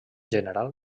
general